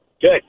Good